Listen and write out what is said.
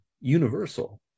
universal